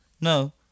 no